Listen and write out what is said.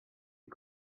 est